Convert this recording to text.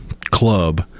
club